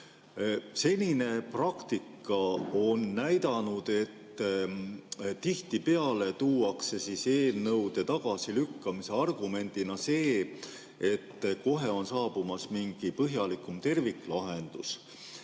Senine praktika on näidanud, et tihtipeale tuuakse eelnõude tagasilükkamise argumendiks see, et kohe on saabumas mingi põhjalikum terviklahendus.